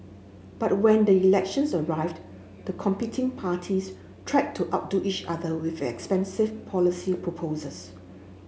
but when the elections arrived the competing parties tried to outdo each other with expensive policy proposals